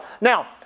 Now